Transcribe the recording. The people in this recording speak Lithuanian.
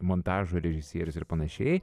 montažo režisierius ir panašiai